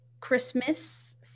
Christmas